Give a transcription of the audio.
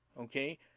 okay